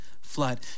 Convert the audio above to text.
flood